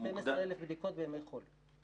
12,000 בדיקות בימי חול.